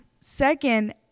Second